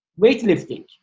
weightlifting